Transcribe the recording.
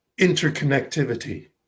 interconnectivity